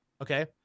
okay